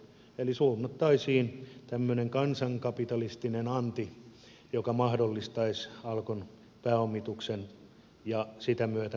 eli suunnattaisiin tämmöinen kansankapitalistinen anti joka mahdollistaisi alkon pääomituksen ja sen myötä myös kehittämisen